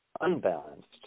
unbalanced